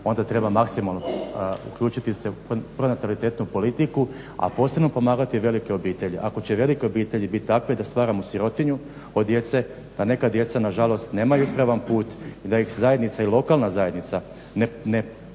onda treba maksimalno uključiti se u pronatalitetnu politiku, a posebno pomagati velike obitelji. Ako će velike obitelji biti takve da stvaramo sirotinju od djece, da neka djeca nažalost nemaju ispravan put i da ih zajednica i lokalna zajednica ne podrži